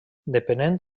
depenent